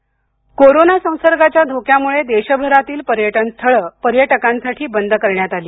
औरंगाबाद पर्यटन कोरोना संसर्गाच्या धोक्यामुळे देशभरातील पर्यटनस्थळ पर्यटकांसाठी बंद करण्यात आली